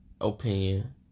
opinion